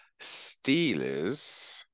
Steelers